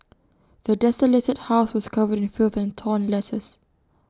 the desolated house was covered in filth and torn letters